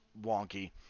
wonky